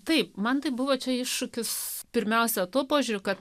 taip man tai buvo čia iššūkis pirmiausia tuo požiūriu kad